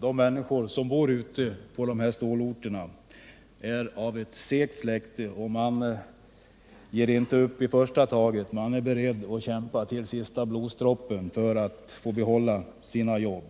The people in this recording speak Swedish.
De människor som bor på dessa stålorter är av ett segt släkte och ger inte upp i första taget. De är beredda att kämpa till sista blodsdroppen för att få behålla sina jobb